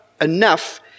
enough